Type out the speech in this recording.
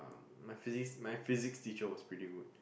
my physics my physics teacher was pretty good